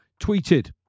tweeted